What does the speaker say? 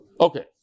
Okay